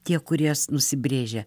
tie kuriuos nusibrėžia